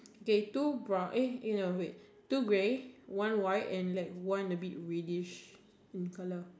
okay two brown eh eh no wait two grey one white and like one a bit reddish in colour